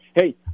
hey